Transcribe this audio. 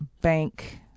bank